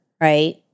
right